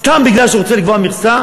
סתם בגלל שהוא רוצה לקבוע מכסה?